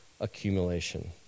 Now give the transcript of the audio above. accumulation